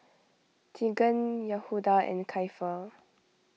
Teagan Yehuda and Keifer